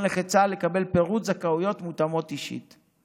נכה צה"ל לקבל פירוט זכאויות מותאמות אישית.